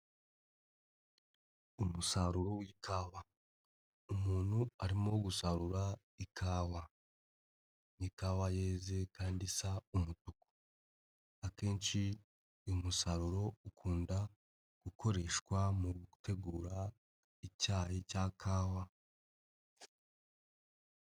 Umusaruro w'ikawa umuntu arimo gusarura ikawa n'ikawa yeze kandi isa umutuku akenshi umusaruro ukunda gukoreshwa mu gutegura icyayi cya kawa.